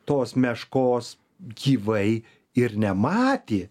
tos meškos gyvai ir nematė